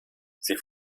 sie